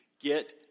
Get